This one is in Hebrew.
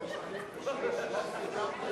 אותי?